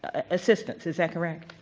ah assistance. is that correct?